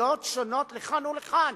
דעות שונות לכאן ולכאן